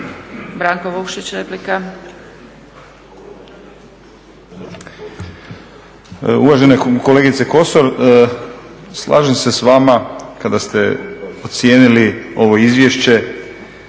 Branko (Nezavisni)** Uvažena kolegice Kosor, slažem se s vama kada ste ocijenili ovo izvješće